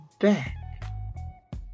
back